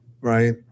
right